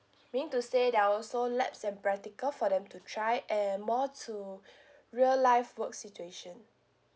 meaning to say there're also laps and practical for them to try and more to real life work situation